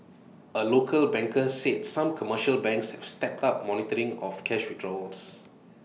A local banker said some commercial banks have stepped up monitoring of cash withdrawals